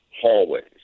hallways